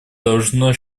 должно